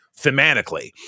thematically